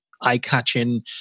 eye-catching